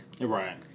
Right